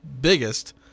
biggest